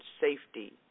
safety